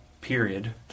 period